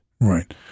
Right